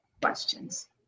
questions